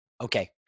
Okay